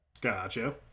Gotcha